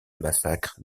massacre